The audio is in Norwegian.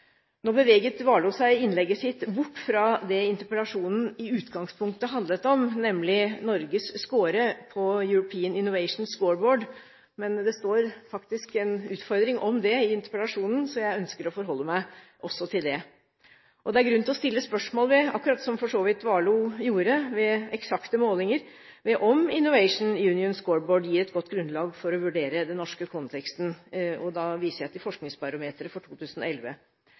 Nå beveget Warloe seg i innlegget sitt bort fra det interpellasjonen i utgangspunktet handlet om, nemlig Norges score på European Innovation Scoreboard, men det står faktisk en utfordring om det i interpellasjonen, så jeg ønsker å forholde meg også til det. Det er grunn til å stille spørsmål ved – akkurat som Warloe for så vidt gjorde ved eksakte målinger – om Innovation Union Scoreboard gir et godt grunnlag for å vurdere den norske konteksten, og da viser jeg til Forskningsbarometeret 2011.